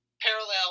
parallel